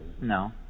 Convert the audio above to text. No